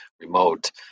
remote